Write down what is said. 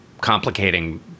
complicating